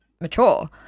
mature